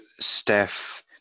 Steph